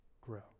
grow